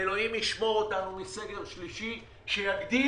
ואלוהים ישמור אותנו מסגר שלישי שיגדיל